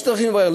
יש דרכים לברר.